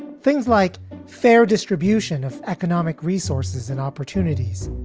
things like fair distribution of economic resources and opportunities,